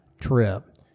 trip